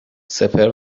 سپهر